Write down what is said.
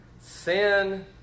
sin